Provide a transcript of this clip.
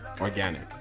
organic